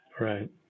Right